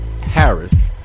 Harris